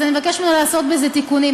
אז אני אבקש ממנו לעשות בזה תיקונים.